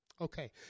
Okay